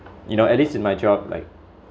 you know at least in my job like